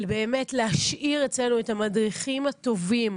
באמת להשאיר אצלנו את המדריכים הטובים,